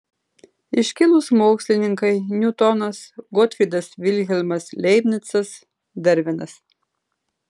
iškilūs mokslininkai niutonas gotfrydas vilhelmas leibnicas darvinas